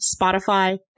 Spotify